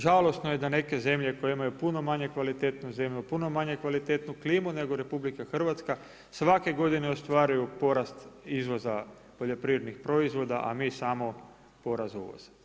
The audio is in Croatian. Žalosno je da neke zemlje koje imaju puno manje kvalitetnu zemlju, puno manje kvalitetnu klimu nego RH svake godine ostvaruju porast izvoza poljoprivrednih proizvoda, a mi samo porast uvoza.